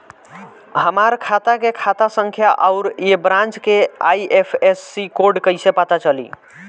हमार खाता के खाता संख्या आउर ए ब्रांच के आई.एफ.एस.सी कोड कैसे पता चली?